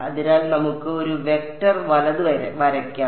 അതിനാൽ നമുക്ക് ഒരു വെക്റ്റർ വലത് വരയ്ക്കാം